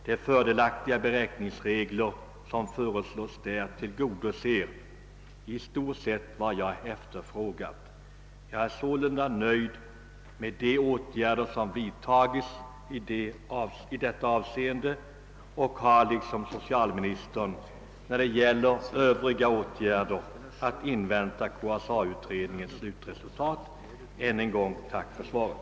De fördelaktiga beräkningsregler som där föreslås tillgodoser i stort sett vad jag efterfrågat. Jag är sålunda nöjd med de åtgärder som vidtagits i detta avseende och har liksom socialministern när det gäller övriga åtgärder att invänta KSA utredningens slutresultat. Jag vill än en gång tacka för svaret.